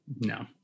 no